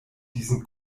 diesen